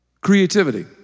Creativity